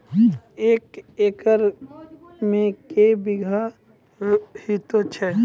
एक एकरऽ मे के बीघा हेतु छै?